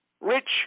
Rich